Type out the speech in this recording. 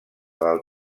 del